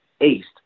East